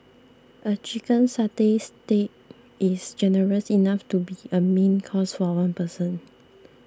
a Chicken Satay Stick is generous enough to be a main course for one person